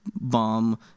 bomb